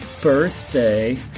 birthday